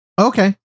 Okay